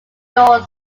door